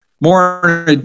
more